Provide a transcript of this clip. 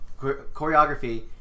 choreography